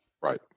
Right